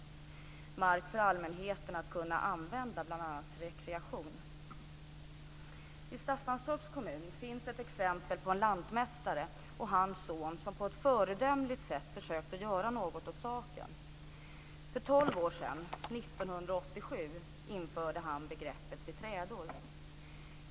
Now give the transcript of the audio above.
Det är mark som allmänheten ska kunna använda bl.a. till rekreation. I Staffanstorps kommun finns ett exempel på en lantmästare och hans son som på ett föredömligt sätt försökt att göra något åt saken. För tolv år sedan, 1987, införde han begreppet beträdor.